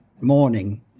morning